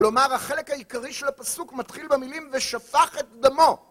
כלומר החלק העיקרי של הפסוק מתחיל במילים ושפך את דמו.